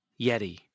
Yeti